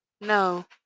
No